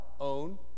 own